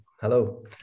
Hello